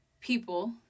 people